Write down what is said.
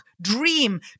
dream